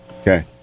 Okay